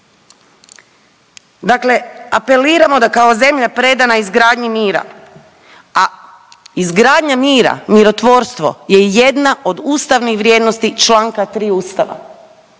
Dakle apeliramo da kao zemlja predana izgradnji mira, a izgradnja mira, mirotvorstvo je jedna od ustavnih vrijednosti čl. 3. Ustava.